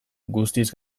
guztiz